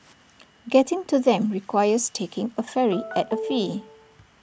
getting to them requires taking A ferry at A fee